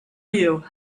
you